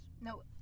No